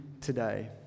today